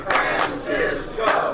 Francisco